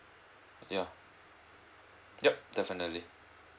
ya ya definitely